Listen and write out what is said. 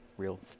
real